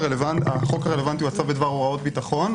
החוק הרלוונטי הוא הצו בדבר הוראות ביטחון,